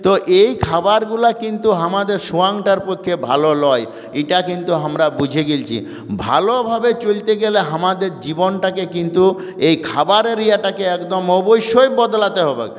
তো এই খাবারগুলো কিন্তু আমাদের সোয়াংটার পক্ষে ভালো লয় এটা কিন্তু আমরা বুঝে গিয়েছি ভালোভাবে চলতে গেলে আমাদের জীবনটাকে কিন্তু এই খাবারের ইয়েটাকে একদম অবশ্যই বদলাতে হবে